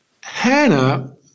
Hannah